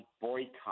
boycott